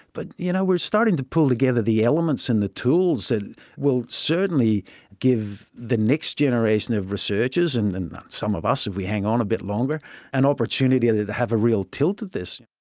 but, you know, we're starting to pull together the elements and the tools that will certainly give the next generation of researchers and and some of us if we hang on a bit longer an and opportunity and to have a real tilt at this.